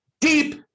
deep